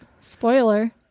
Spoiler